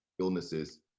illnesses